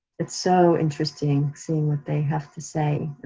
it's so interesting seeing what they have to say,